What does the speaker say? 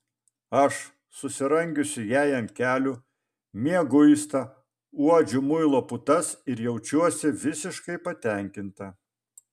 aš susirangiusi jai ant kelių mieguista uodžiu muilo putas ir jaučiuosi visiškai patenkinta